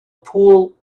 pool